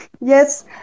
Yes